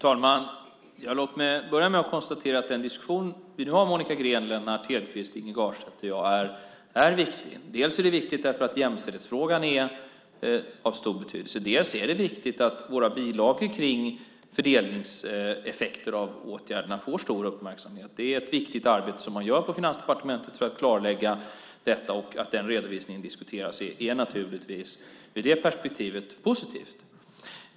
Fru talman! Jag ska börja med att konstatera att den diskussion som Monica Green, Lennart Hedquist, Inge Garstedt och jag nu har är viktig. Den är viktig därför att jämställdhetsfrågan är av stor betydelse. Det är också viktigt att våra bilagor om fördelningseffekter av åtgärderna får stor uppmärksamhet. Det är ett viktigt arbete som man gör på Finansdepartementet för att klarlägga detta. Att denna redovisning diskuteras är naturligtvis positivt ur detta perspektiv.